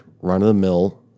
run-of-the-mill